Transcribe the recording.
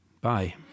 Bye